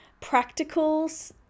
practicals